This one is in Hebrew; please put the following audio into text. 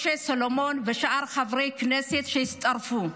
משה סולומון ושאר חברי הכנסת שהצטרפו,